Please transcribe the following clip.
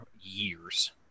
years